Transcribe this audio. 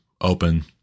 open